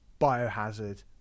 Biohazard